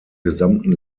gesamten